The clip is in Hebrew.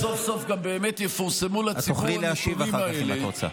את תוכלי להשיב אחר כך, אם את רוצה.